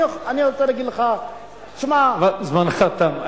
זמנך תם.